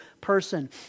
person